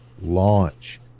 launch